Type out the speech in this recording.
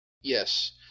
Yes